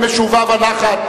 במשובה ונחת.